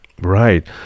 Right